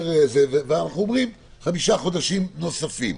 חמישה חודשים נוספים.